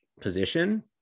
position